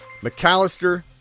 McAllister